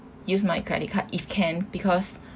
use my credit card if can because